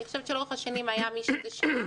אני חושבת שלאורך השנים היה מי שזה שירת